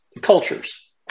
cultures